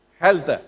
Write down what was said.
Health